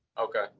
Okay